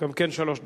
גם כן שלוש דקות.